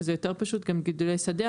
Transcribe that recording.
שזה יותר פשוט כי הם גידולי שדה,